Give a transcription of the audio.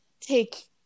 take